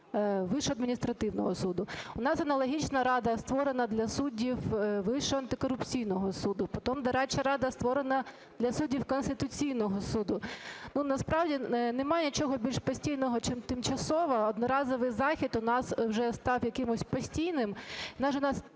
Вищого адміністративного суду. У нас аналогічна рада створена для суддів Вищого антикорупційного суду, потім дорадча рада створена для суддів Конституційного Суду. Ну, насправді немає нічого більш постійного, чим тимчасове. Одноразовий захід у нас вже став якимось постійним.